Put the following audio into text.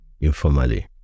informally